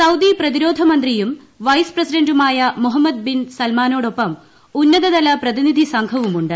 Saudi പ്രതിരോധ മന്ത്രിയും vice പ്രസിഡന്റുമായ മുഹമ്മദ് ബിൻ സാൽമാനോടൊപ്പം ഉന്നതതല പ്രതിനിധി സംഘവും ഉണ്ട്